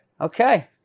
okay